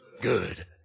good